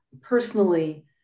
personally